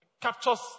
captures